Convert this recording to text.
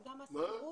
גם החלף וגם השכירות?